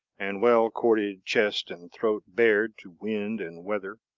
and well-corded chest and throat bared to wind and weather,